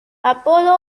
apolo